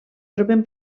trobem